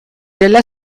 della